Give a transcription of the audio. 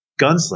gunslinger